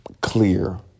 clear